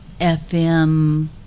FM